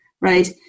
right